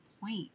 point